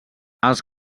els